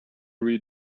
read